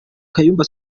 kayumba